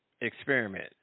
experiment